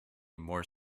more